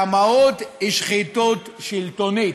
והמהות היא, שחיתות שלטונית,